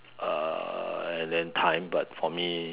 uh and then time but for me